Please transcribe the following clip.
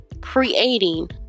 creating